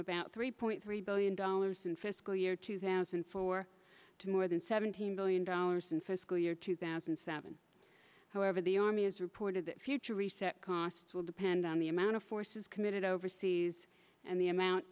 about three point three billion dollars in fiscal year two thousand and four to more than seventeen billion dollars in fiscal year two thousand and seven however the army has reported that future reset costs will depend on the amount of forces committed overseas and the amount